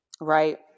Right